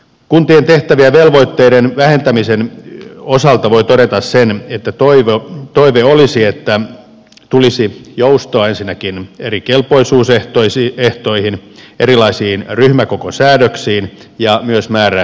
kuntien tehtävien ja velvoitteiden vähentämisen osalta voi todeta sen että toive olisi että tulisi joustoa ensinnäkin eri kelpoisuusehtoihin erilaisiin ryhmäkokosäädöksiin ja myös määräaikajoustoja